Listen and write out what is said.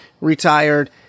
retired